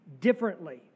differently